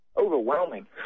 overwhelming